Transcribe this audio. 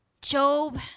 Job